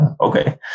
Okay